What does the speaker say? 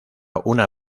una